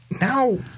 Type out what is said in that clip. now